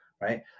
right